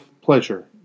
pleasure